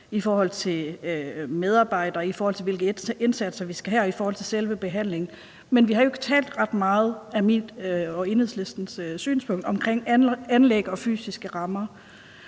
i forhold til medarbejdere, i forhold til hvilke indsatser vi skal have, og i forhold til selve behandlingen, men vi har jo ikke talt ret meget – det er mit og Enhedslistens synspunkt – om anlæg og fysiske rammer.